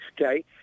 Okay